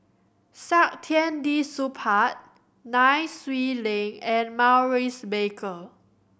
Saktiandi Supaat Nai Swee Leng and Maurice Baker